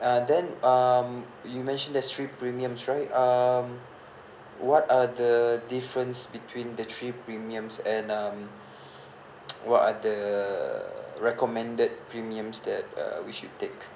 ah then um you mentioned there's three premiums right um what are the the difference between the three premiums and um what are the recommended premiums that uh we should take